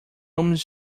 homens